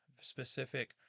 specific